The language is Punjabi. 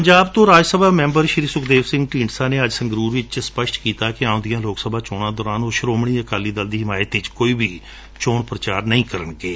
ਪੰਜਾਬ ਤੋਂ ਰਾਜ ਸਭਾ ਮੈਂਬਰ ਸੁਖਦੇਵ ਸਿੰਘ ਢੀਂਡਸਾ ਨੇ ਅੱਜ ਸੰਗਰੂਰ ਵਿਚ ਸਪਸ਼ਟ ਕੀਤਾ ਕਿ ਆਉਂਦੀਆਂ ਲੋਕ ਸਭਾ ਚੋਣਾਂ ਦੌਰਾਨ ਉਹ ਸ੍ਹੋਮਣੀ ਅਕਾਲੀ ਦਲ ਦੀ ਹਿਮਾਇਤ ਵਿਚ ਕੋਈ ਚੋਣ ਪ੍ਰਚਾਰ ਨਹੀਂ ਕਰਨਗੇ